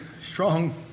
strong